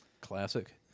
Classic